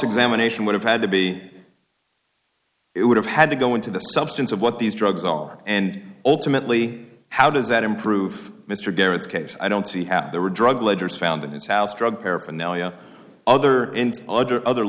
examination would have had to be it would have had to go into the substance of what these drugs are and ultimately how does that improve mr garrett's case i don't see how they were drug ledger's found in his house drug paraphernalia other and other